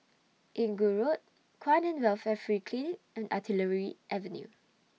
Inggu Road Kwan in Welfare Free Clinic and Artillery Avenue